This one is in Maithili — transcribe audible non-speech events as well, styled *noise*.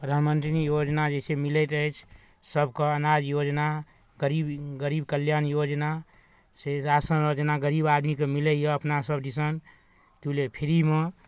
प्रधानमंत्री योजना जे छै मिलैत अछि सभके अनाज योजना गरीब गरीब कल्याण योजना छै राशन आर जेना गरीब आदमीकेँ मिलैए अपना सभ दिशन की *unintelligible* फ्रीमे